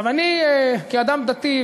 אני כאדם דתי,